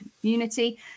community